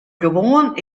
gewoan